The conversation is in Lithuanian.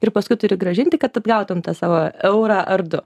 ir paskui turi grąžinti kad atgautum tą savo eurą ar du